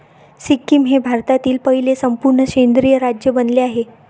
सिक्कीम हे भारतातील पहिले संपूर्ण सेंद्रिय राज्य बनले आहे